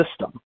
system